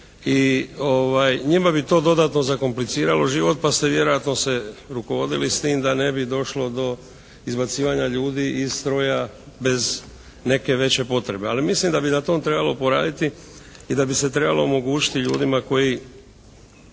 i njima bi to dodatno zakompliciralo život pa ste vjerojatno se rukovodili s tim da ne bi došlo do izbacivanja ljudi iz stroja bez neke veće potrebe. Ali mislim da bi na tom trebalo poraditi i da bi se trebalo omogućiti ljudima koji